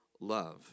love